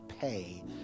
pay